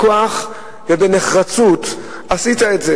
בכוח ובנחרצות עשית את זה,